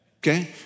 Okay